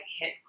hit